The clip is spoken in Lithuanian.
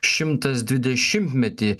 šimtas dvidešimtmetį